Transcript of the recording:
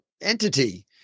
entity